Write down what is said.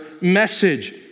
message